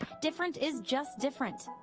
different is just different.